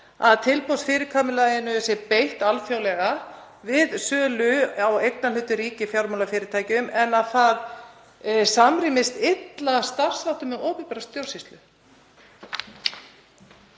að tilboðsfyrirkomulaginu sé beitt alþjóðlega við sölu á eignarhlutum ríkja í fjármálafyrirtækjum en að það samrýmist illa starfsháttum opinberrar stjórnsýslu?